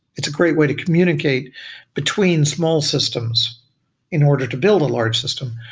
it's a great way to communicate between small systems in order to build a large system,